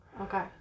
Okay